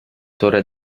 torre